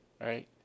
right